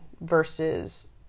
versus